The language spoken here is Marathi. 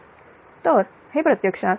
तर हे प्रत्यक्षात 4